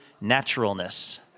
naturalness